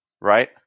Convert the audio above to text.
right